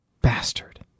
Bastard